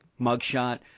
mugshot